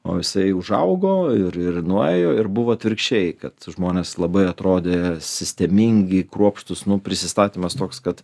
o jisai užaugo ir ir nuėjo ir buvo atvirkščiai kad žmonės labai atrodė sistemingi kruopštūs nu prisistatymas toks kad